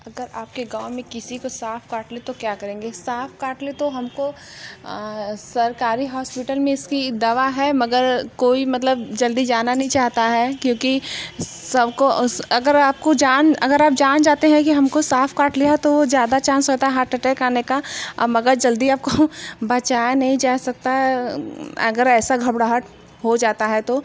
अगर आप के गाँव में किसी को साँप काट ले तो क्या करेंगे साँप काट ले तो हम को सरकारी होस्पिटल में इसकी दवा है मगर कोई मतलब जल्दी जाना नहीं चाहता है क्योंकि सब को उस अगर आपको जान अगर आप जान जाते हैं कि हम को सांप काट लिया तो वो ज़्यादा चांस होता हार्ट अटैक आने का और मगर जल्दी आप को बचाया नहीं जा सकता है अगर ऐसा घबराहट हो जाता है तो